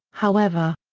however.